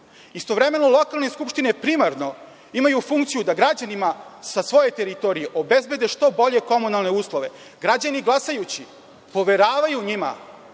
Istovremeno, lokalne skupštine primarno imaju funkciju da građanima sa svoje teritorije obezbede što bolje komunalne uslove. Građani glasajući poveravaju njima